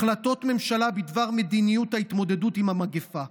החלטות ממשלה בדבר מדיניות ההתמודדות עם המגפה,